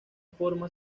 forma